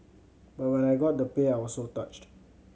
but when I got the pay I was so touched